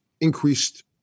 increased